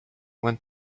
went